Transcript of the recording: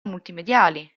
multimediali